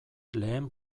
lehen